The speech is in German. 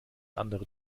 andere